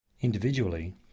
Individually